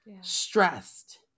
stressed